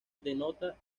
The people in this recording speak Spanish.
denota